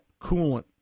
coolant